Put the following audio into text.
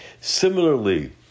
Similarly